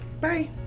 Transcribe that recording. bye